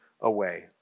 away